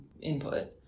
input